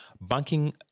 banking